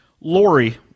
Lori